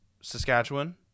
Saskatchewan